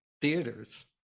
theaters